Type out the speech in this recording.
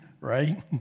right